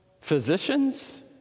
physicians